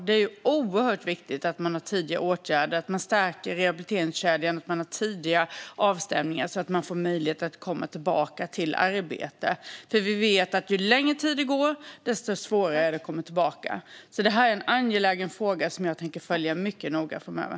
Det är oerhört viktigt att man har tidiga åtgärder, att man stärker rehabiliteringskedjan och att man har tidiga avstämningar så att de sjukskrivna får möjlighet att komma tillbaka till arbete. Vi vet att ju längre tid det går desto svårare är det att komma tillbaka. Detta är en angelägen fråga som jag tänker följa mycket noga framöver.